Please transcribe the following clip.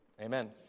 Amen